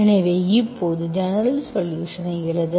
எனவே இப்போது ஜெனரல்சொலுஷன்ஸ்ஐ எழுத